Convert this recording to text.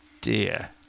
dear